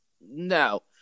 No